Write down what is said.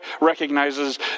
recognizes